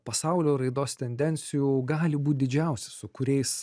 pasaulio raidos tendencijų gali būt didžiausi su kuriais